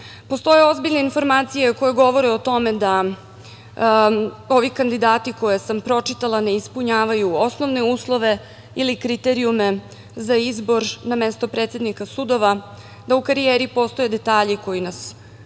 sudova. Postoje ozbiljne informacije koje govore o tome da ovi kandidati koje sam pročitala ne ispunjavaju osnovne uslove ili kriterijume za izbor na mesto predsednika sudova, da u karijeri postoje detalji koji nas ometaju,